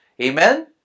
Amen